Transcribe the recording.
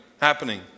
happening